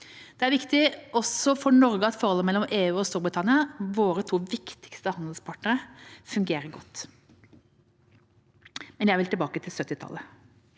Det er viktig også for Norge at forholdet mellom EU og Storbritannia – våre to viktigste handelspartnere – fungerer godt. Men jeg vil tilbake til 70-tallet